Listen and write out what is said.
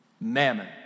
mammon